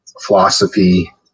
Philosophy